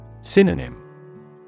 Synonym